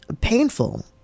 painful